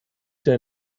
der